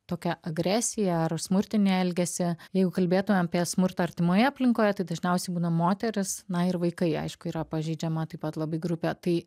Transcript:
tokią agresiją ar smurtinį elgesį jeigu kalbėtumėm apie smurtą artimoje aplinkoje tai dažniausiai būna moteris na ir vaikai aišku yra pažeidžiama taip pat labai grupė tai